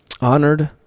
honored